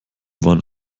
waren